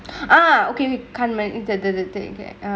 uh okay we can move into the thingk correct